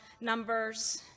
numbers